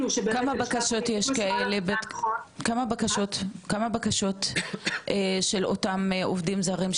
כמה בקשות של אותם עובדים זרים שבעצם פנו אליכם לגבי הסוגייה הזאת?